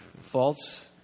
false